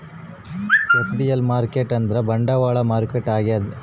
capital market ಅಂದ್ರ ಬಂಡವಾಳ ಮಾರುಕಟ್ಟೆ ಆಗ್ಯಾದ